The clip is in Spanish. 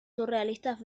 surrealistas